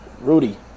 Rudy